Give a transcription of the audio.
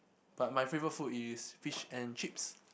but my favourite food is fish and chips